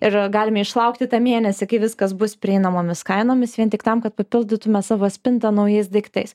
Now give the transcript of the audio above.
ir ar galime išlaukti tą mėnesį kai viskas bus prieinamomis kainomis vien tik tam kad papildytume savo spintą naujais daiktais